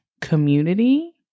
community